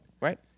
Right